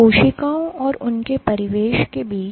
कोशिकाओं और उनके परिवेश के बीच